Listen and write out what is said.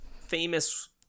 famous